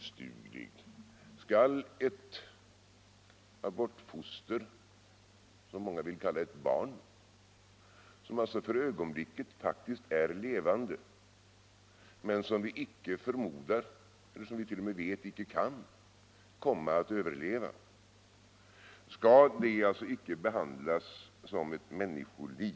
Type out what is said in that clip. Skall ett abortfoster — som många vill kalla ett barn —-, som för ögonblicket faktiskt lever men som vi förmodar eller t.o.m. vet inte kommer att överleva, inte behandlas som ett människoliv?